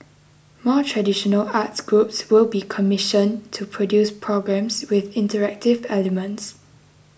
more traditional arts groups will be commissioned to produce programmes with interactive elements